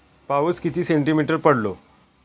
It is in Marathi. पाऊस किती सेंटीमीटर पडलो?